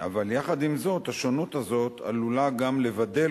אבל יחד עם זאת השונות הזאת עלולה גם לבדל